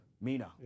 Mina